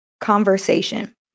conversation